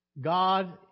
God